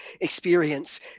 experience